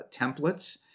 templates